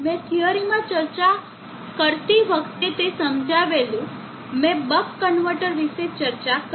મેં થીયરી માં ચર્ચા કરતી વખતે તે સમજાવેલું મેં બક કન્વર્ટર વિશે ચર્ચા કરી